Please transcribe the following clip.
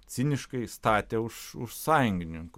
ciniškai statė už už sąjungininkus